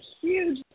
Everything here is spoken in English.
huge